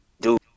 Dude